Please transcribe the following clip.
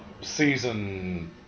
season